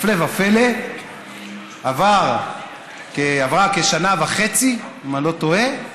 הפלא ופלא, עברה כשנה וחצי, אם אני לא טועה,